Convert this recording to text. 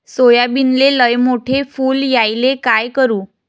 सोयाबीनले लयमोठे फुल यायले काय करू?